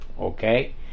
Okay